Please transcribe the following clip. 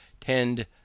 tend